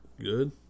Good